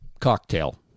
Cocktail